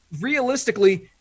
realistically